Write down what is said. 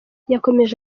yakomeje